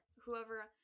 Whoever